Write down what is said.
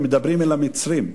ומדברים אל המצרים,